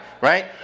Right